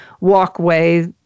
walkway